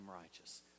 righteous